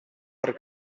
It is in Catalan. per